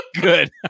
Good